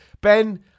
ben